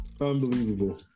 Unbelievable